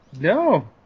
no